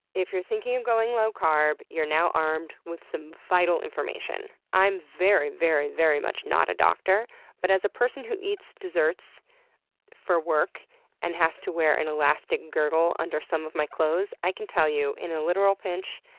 if you're thinking of going low carb, you're now armed with some vital information. i am very, very, very much not a doctor but as a person who eats desserts for work and has to wear an elastic girdle under some of my clothes, i can tell you, in a literal pinch,